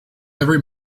every